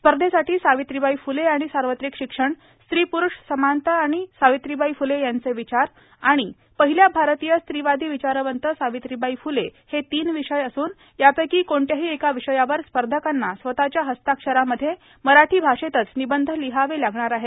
स्पर्धेसाठी सावित्रीबाई फुले आणि सार्वत्रिक शिक्षण स्री पुरुष समानता आणि सावित्रीबाई फुले यांचे विचार आणि पहिल्या भारतीय स्त्रीवादी विचारवंत सावित्रीबाई फ्ले हे तीन विषय असून यापैकी कुठल्याही एका विषयावर स्पर्धकांना स्वतच्या हस्ताक्षरामध्ये मराठी भाषेतच निबंध लिहावे लागणार आहेत